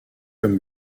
comme